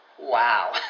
wow